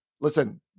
listen